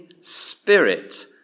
spirit